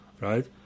Right